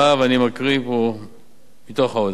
ואני מקריא פה מתוך ההודעה: